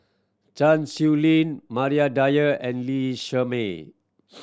Chan Sow Lin Maria Dyer and Lee Shermay